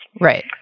Right